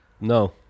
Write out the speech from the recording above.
No